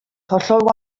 hollol